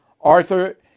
Arthur